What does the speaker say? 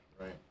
Right